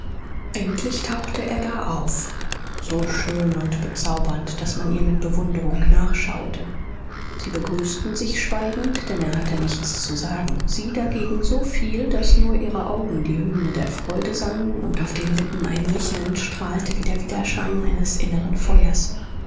endlich tauchte ada auf so schön und bezaubernd daß man ihr mit bewunderung nachschaute sie begrüßten sich schweigend denn er hatte nichts zu sagen sie dagegen so viel daß nur ihre augen die hymne der freude sangen und auf den lippen ein lächeln strahlte wie der widerschein eines inneren feuers